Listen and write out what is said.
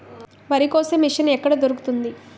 వరి కోసే మిషన్ ఎక్కడ దొరుకుతుంది?